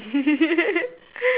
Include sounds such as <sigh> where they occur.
<laughs>